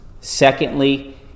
Secondly